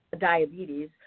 diabetes